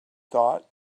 thought